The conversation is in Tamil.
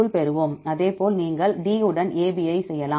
அதேபோல் நீங்கள் D உடன் A B ஐ செய்யலாம்